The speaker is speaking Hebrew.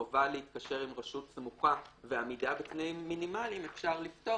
חובה להתקשר עם רשות סמוכה ועמידה בתנאים מינימליים אפשר לפתור